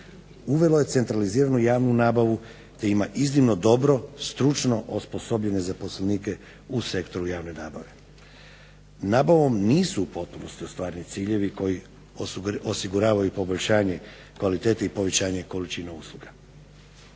uvelo je centraliziranu javnu nabavu te ima iznimno dobro stručno osposobljene zaposlenike u sektoru javne nabave. Nabavom nisu u potpunosti ostvareni ciljevi koji osiguravaju poboljšanje kvalitete i povećanje količine usluga.